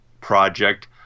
project